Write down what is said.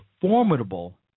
formidable